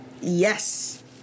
Yes